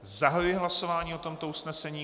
Zahajuji hlasování o tomto usnesení.